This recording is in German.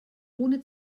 ohne